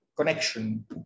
connection